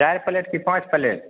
चारि प्लेट कि पाँच प्लेट